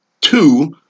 two